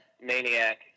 Maniac